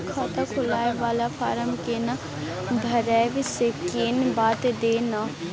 खाता खोलैबय वाला फारम केना भरबै से कनी बात दिय न?